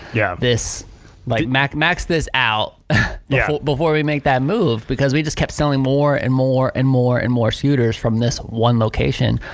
yeah like max max this out yeah before we make that move, because we just kept selling more and more and more and more scooters from this one location.